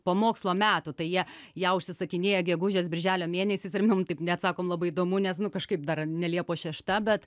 po mokslo metų tai jie ją užsisakinėja gegužės birželio mėnesiais ir mum taip net sakom labai įdomu nes nu kažkaip dar ne liepos šešta bet